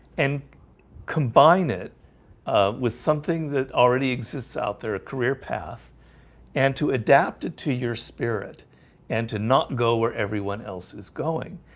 and combine it with something that already exists out there a career path and to adapt it to your spirit and to not go where everyone else is going